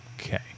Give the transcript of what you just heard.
Okay